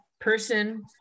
person